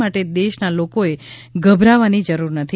માટે દેશના લોકોએ ગભરાવાની જરૂર નથી